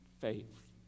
faith